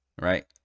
right